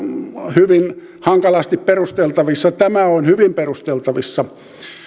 hyvin hankalasti perusteltavissa tämä on hyvin perusteltavissa